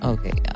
Okay